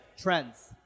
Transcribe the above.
Trends